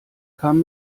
kam